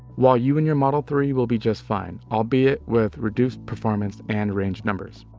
while you in your model three, will be just fine, albeit with reduced performance and range numbers.